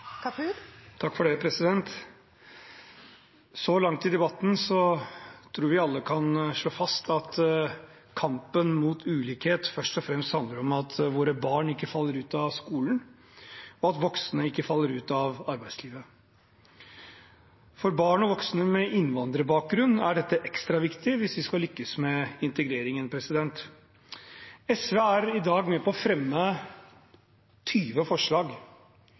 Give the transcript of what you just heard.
Så langt i debatten tror jeg vi alle kan slå fast at kampen mot ulikhet først og fremst handler om at våre barn ikke faller ut av skolen, og at voksne ikke faller ut av arbeidslivet. For barn og voksne med innvandrerbakgrunn er dette ekstra viktig hvis vi skal lykkes med integreringen. SV er i dag med på å fremme 20 forslag,